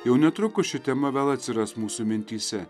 jau netrukus ši tema vėl atsiras mūsų mintyse